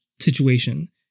situation